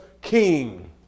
King